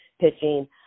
pitching